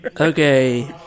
Okay